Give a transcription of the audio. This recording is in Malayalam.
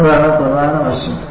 അതാണ് പ്രധാന വശം